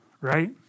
right